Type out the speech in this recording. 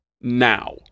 now